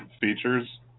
features